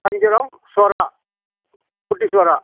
வஞ்சிரம் சுறா குட்டி சுறா